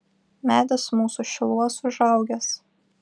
medis mūsų šiluos užaugęs